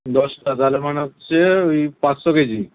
দশটা তার মানে হচ্ছে ওই পাঁচশো কেজি